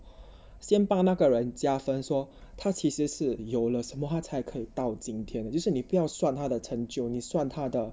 先把那个人加分说它其实是有了什么他才可以到今天的就是你不要算他的成就你算他的